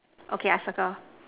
okay I circle